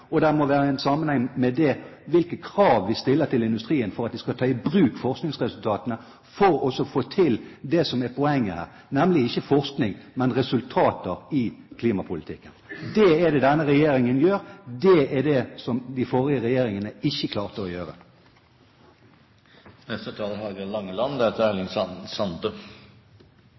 om teknologiutvikling, må det være en sammenheng mellom hvilke virkemidler vi setter inn for å utvikle forskningen, og hvilke krav vi stiller til industrien for at de skal ta i bruk forskningsresultatene for å få til det som er poenget her, nemlig ikke forskning, men resultater i klimapolitikken. Det gjør denne regjeringen, det var det de forrige regjeringene ikke klarte å gjøre.